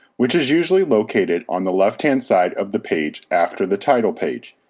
which is usually located on the left-hand side of the page after the title page.